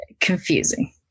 confusing